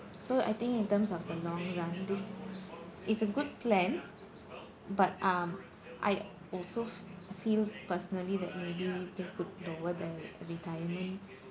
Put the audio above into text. so I think in terms of the long run this is a good plan but um I also feel personally that maybe they could lower the retirement